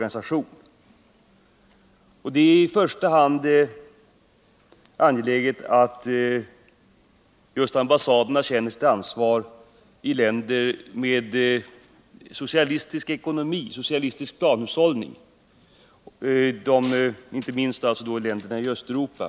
Ambassaderna har ett stort ansvar i länder med socialistisk planhushållning, inte minst länderna i Östeuropa.